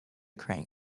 crank